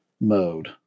mode